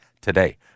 today